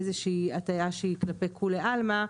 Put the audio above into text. איזושהי הטיה כלפי כולי עלמא,